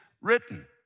written